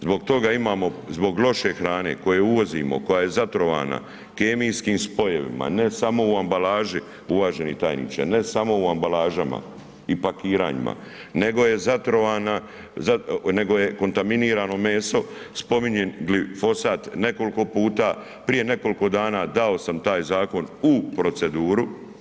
Zbog toga imamo, zbog loše hrane koje uvozimo, koja je zatrovana kemijskim spojevima, ne samo u ambalaži, uvaženi tajniče, ne samo u ambalažama i pakiranjima, nego je zatrovana, nego je kontaminirano meso spominjem glifosat nekoliko puta, prije nekoliko dana dao sam taj zakon u proceduru.